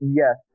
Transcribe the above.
yes